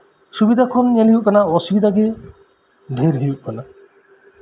ᱥᱩᱵᱤᱫᱷᱟ ᱠᱷᱚᱱ ᱚᱥᱩᱵᱤᱫᱷᱟ ᱜᱮ ᱰᱷᱮᱨ ᱦᱳᱭᱳᱜ ᱠᱟᱱᱟ